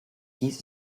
dies